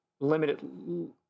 Limited